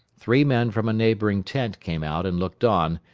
three men from a neighboring tent came out and looked on,